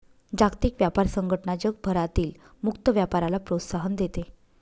जागतिक व्यापार संघटना जगभरातील मुक्त व्यापाराला प्रोत्साहन देते